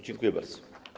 Dziękuję bardzo.